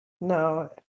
no